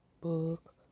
book